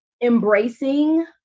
embracing